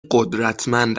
قدرتمند